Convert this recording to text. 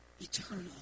eternal